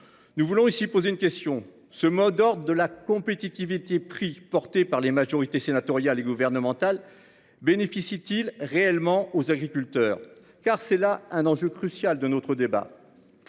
Nous voulons aussi poser une question, ce mot d'ordre de la compétitivité prix porté par les majorité sénatoriale gouvernemental bénéficient-ils réellement aux agriculteurs car c'est là un enjeu crucial de notre débat.